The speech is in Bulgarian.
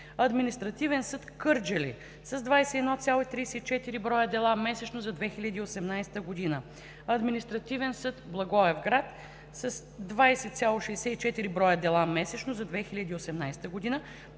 Административен съд – Кърджали – 21,34 броя дела месечно за 2018 г.; Административен съд – Благоевград – 20,64 броя дела месечно за 2018 г.,